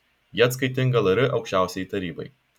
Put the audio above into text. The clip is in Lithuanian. ji atskaitinga lr aukščiausiajai tarybai